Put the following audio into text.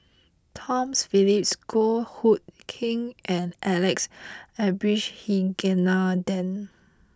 Tom Phillips Goh Hood Keng and Alex Abisheganaden